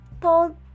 told